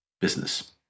business